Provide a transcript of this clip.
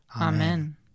Amen